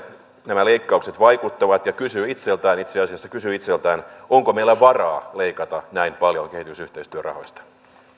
nämä leikkaukset vaikuttavat ja kysyy itseltään itse asiassa kysyy itseltään onko meillä varaa leikata näin paljon kehitysyhteistyörahoista